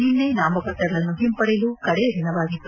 ನಿನ್ನೆ ನಾಮಪತ್ರಗಳನ್ನು ಹಿಂಪಡೆಯಲು ಕಡೆಯ ದಿನವಾಗಿತ್ತು